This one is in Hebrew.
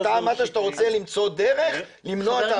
אתה אמרת שאתה רוצה למצוא דרך למנוע את ההפגנות.